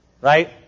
Right